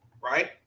right